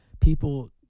people